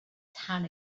town